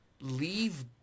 leave